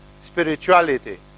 spirituality